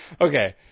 Okay